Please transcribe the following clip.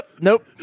nope